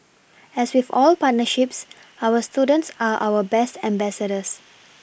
as with all partnerships our students are our best ambassadors